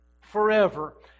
forever